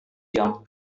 jam